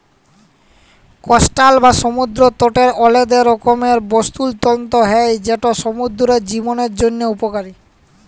coastal বা সমুদ্দর তটের আলেদা রকমের বাস্তুতলত্র হ্যয় যেট সমুদ্দুরের জীবদের জ্যনহে উপকারী